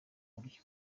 buryo